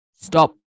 stop